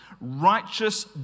righteous